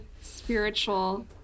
spiritual